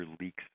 leaks